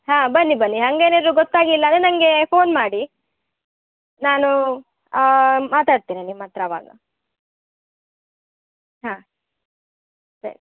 ಹಾಂ ಬನ್ನಿ ಬನ್ನಿ ಹಾಗೇನಾದ್ರು ಗೊತ್ತಾಗಿಲ್ಲ ಅಂದರೆ ನನ್ಗೆ ಫೋನ್ ಮಾಡಿ ನಾನು ಮಾತಾಡ್ತೇನೆ ನಿಮ್ಮತ್ತಿರ ಆವಾಗ ಹಾಂ ಸರಿ